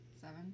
Seven